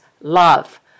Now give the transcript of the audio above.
love